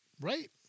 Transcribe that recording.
Right